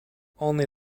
only